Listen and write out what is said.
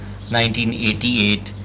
1988